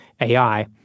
AI